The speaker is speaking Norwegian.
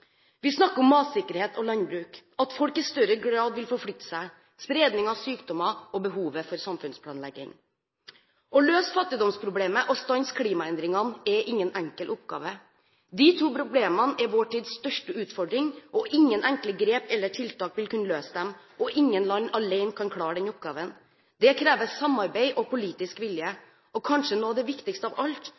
Vi snakker om matsikkerhet og landbruk, at folk i større grad vil forflytte seg, spredning av sykdommer og behovet for samfunnsplanlegging. Å løse fattigdomsproblemene og stanse klimaendringene er ingen enkel oppgave. De to problemene er vår tids største utfordring. Ingen enkle grep eller tiltak vil kunne løse dem, og ingen land alene kan klare den oppgaven. Det kreves samarbeid og politisk vilje, og kanskje noe av det viktigste av alt,